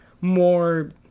more